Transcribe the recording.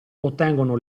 ottengono